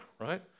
right